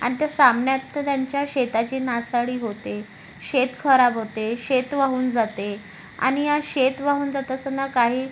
अन् त्या सामन्यात तर त्यांच्या शेताची नासाडी होते शेत खराब होते शेत वाहून जाते आणि या शेत वाहून जात असताना काही